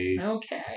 Okay